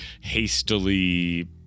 hastily